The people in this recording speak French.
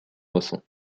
moisson